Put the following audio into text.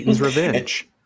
revenge